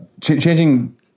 Changing